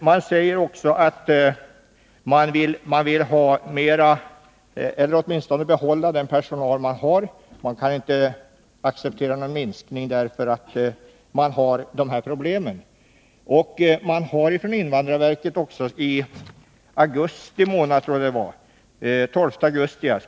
Verket säger också att man vill ha mer personal eller åtminstone behålla den personal man har. Man kan inte acceptera en minskning på grund av dessa problem.